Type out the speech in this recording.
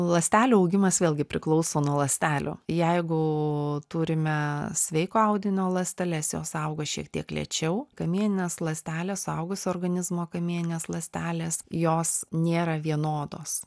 ląstelių augimas vėlgi priklauso nuo ląstelių jeigu turime sveiko audinio ląsteles jos auga šiek tiek lėčiau kamieninės ląstelės suaugusio organizmo kamieninės ląstelės jos nėra vienodos